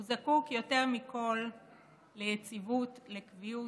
הוא זקוק יותר מכול ליציבות, לקביעות,